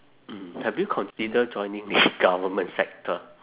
mm have you consider joining the government sector